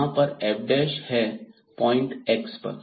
यहां पर यह f है पॉइंट x पर